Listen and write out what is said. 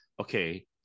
okay